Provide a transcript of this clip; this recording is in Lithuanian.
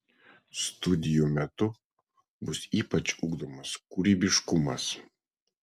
studijų metu bus ypač ugdomas kūrybiškumas